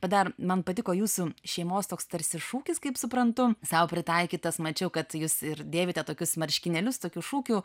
bet dar man patiko jūsų šeimos toks tarsi šūkis kaip suprantu sau pritaikytas mačiau kad jūs ir dėvite tokius marškinėlius tokiu šūkiu